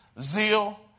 zeal